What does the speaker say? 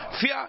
Fear